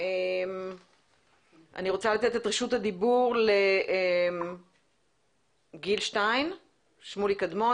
אני רוצה לתת את רשות הדיבור לגיל שטיין או שמוליק אדמון.